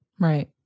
Right